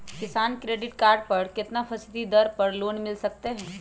किसान credit card कितना फीसदी दर पर लोन ले सकते हैं?